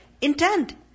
intend